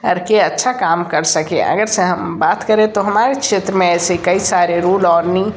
करके अच्छा काम कर सकें अगर से हम बात करे तो हमारे क्षेत्र मे ऐसे कई सारे रूल और